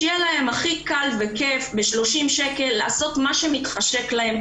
שיהיה להם הכי קל וכיף ב-30 שקל לעשות מה שמתחשק להם,